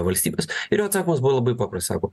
valstybės ir atsakomas buvo labai paprasta sako